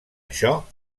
això